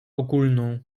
ogólną